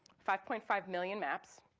five point five million maps.